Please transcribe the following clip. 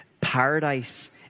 Paradise